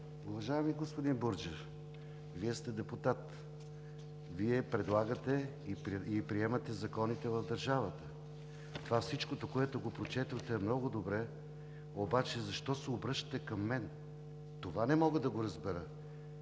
Уважаеми господин Бурджев, Вие сте депутат – Вие предлагате и приемате законите в държавата. Всичкото това, което го прочетохте, е много добре, обаче защо се обръщате към мен? Това не мога да разбера.